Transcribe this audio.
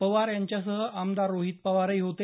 पवार यांच्यासह आमदार रोहित पवारही होते